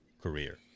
career